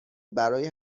برای